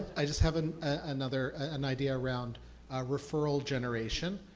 i just have and another and idea around referral generation.